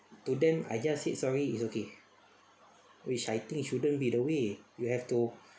to them I just said sorry it's okay which I think shouldn't be the way you have to